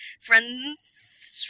friends